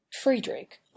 Friedrich